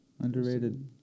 Underrated